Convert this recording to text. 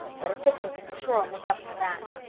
but a picnic at the shore'll make up for that.